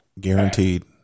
Guaranteed